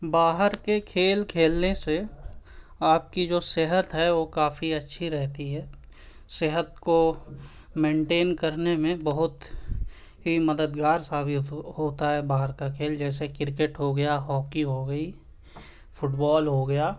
باہر کے کھیل کھیلنے سے آپ کی جو صحت ہے وہ کافی اچّھی رہتی ہے صحت کو مینٹین کرنے میں بہت ہی مددگار ثابت ہوتا ہے باہر کا کھیل جیسے کرکٹ ہو گیا ہاکی ہو گئی فٹ بال ہو گیا